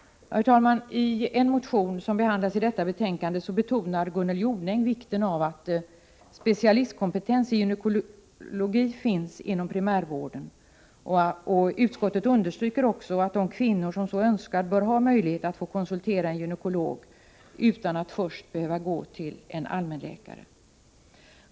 Herr talman! I en motion som behandlas i detta betänkande framhåller Gunnel Jonäng vikten av att specialistkompetens i gynekologi finns inom primärvården. Utskottet understryker att de kvinnor som så önskar bör ha möjlighet att konsultera en gynekolog utan att först behöva gå till en allmänläkare.